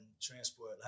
Transport